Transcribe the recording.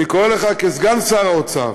אני קורא לך כסגן שר האוצר,